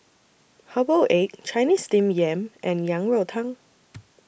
Herbal Egg Chinese Steamed Yam and Yang Rou Tang